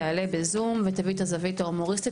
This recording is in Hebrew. תעלה בזום ותביא את הזווית ההומוריסטית,